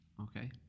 Okay